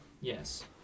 Yes